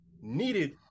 needed